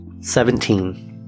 Seventeen